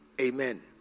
Amen